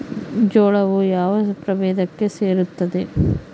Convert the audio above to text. ಜೋಳವು ಯಾವ ಪ್ರಭೇದಕ್ಕೆ ಸೇರುತ್ತದೆ?